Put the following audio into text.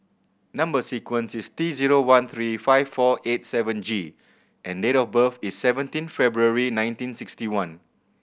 number sequence is T zero one three five four eight seven G and date of birth is seventeen February nineteen sixty one